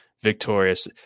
victorious